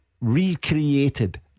recreated